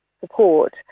support